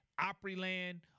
Opryland